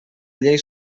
llei